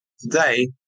Today